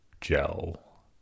gel